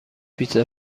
پیتزا